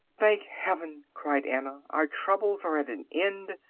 thank heaven! cried anna, our troubles are at an end.